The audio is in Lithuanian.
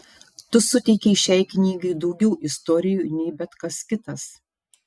tu suteikei šiai knygai daugiau istorijų nei bet kas kitas